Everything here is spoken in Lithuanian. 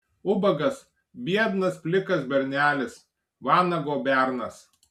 ubagas biednas plikas bernelis vanago bernas